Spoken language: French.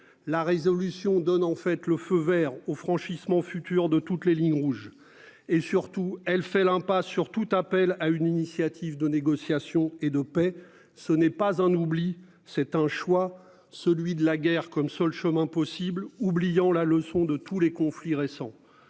La résolution donne en fait, le feu Vert au franchissement futur de toutes les lignes rouges et surtout, elle fait l'impasse sur tout appel à une initiative de négociations et de paix. Ce n'est pas un oubli, c'est un choix, celui de la guerre comme seul chemin possible, oubliant la leçon de tous les conflits récents.